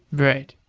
right.